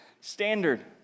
standard